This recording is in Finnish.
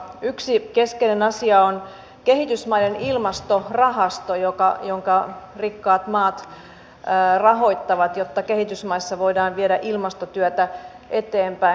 yksi keskeinen asia on kehitysmaiden ilmastorahasto jonka rikkaat maat rahoittavat jotta kehitysmaissa voidaan viedä ilmastotyötä eteenpäin